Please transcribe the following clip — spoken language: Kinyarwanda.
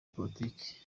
politiki